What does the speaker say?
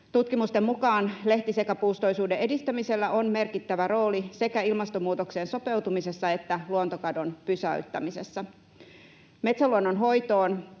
Tutkimusten mukaan lehtisekapuustoisuuden edistämisellä on merkittävä rooli sekä ilmastonmuutokseen sopeutumisessa että luontokadon pysäyttämisessä. Metsäluonnon hoitoon,